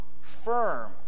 firm